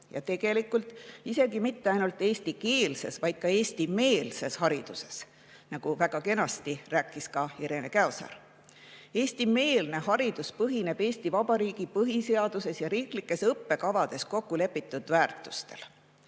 Ja tegelikult isegi mitte ainult eestikeelses, vaid ka eestimeelses hariduses, nagu väga kenasti rääkis ka Irene Käosaar. Eestimeelne haridus põhineb Eesti Vabariigi põhiseaduses ja riiklikes õppekavades kokku lepitud väärtustel.